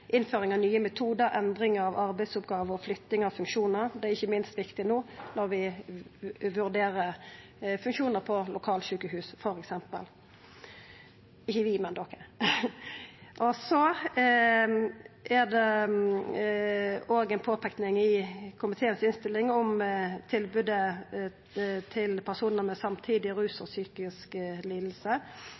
innføring av nye metodar, endring av arbeidsoppgåver og flytting av funksjonar. Det er ikkje minst viktig no, når ein vurderer funksjonar på lokalsjukehus, f.eks. Det er òg ei påpeiking i komitéinnstillinga om tilbodet til personar med samtidig rusproblem og psykisk